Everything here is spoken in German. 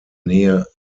nähe